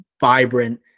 vibrant